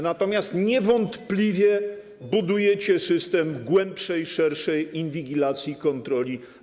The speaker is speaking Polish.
Natomiast niewątpliwie budujecie system głębszej, szerszej inwigilacji i kontroli.